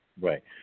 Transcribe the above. Right